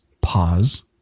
pause